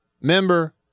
member